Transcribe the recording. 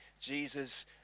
Jesus